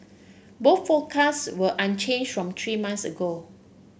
both forecasts were from three months ago